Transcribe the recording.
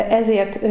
ezért